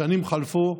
השנים חלפו,